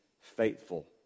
faithful